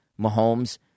Mahomes